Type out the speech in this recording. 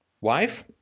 wife